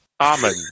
Amen